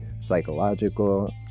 psychological